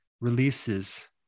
releases